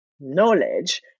knowledge